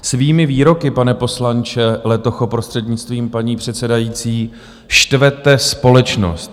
Svými výroky, pane poslanče Letocho, prostřednictvím paní předsedající, štvete společnost.